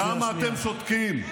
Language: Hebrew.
למה אתם שותקים?